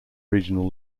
regional